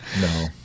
No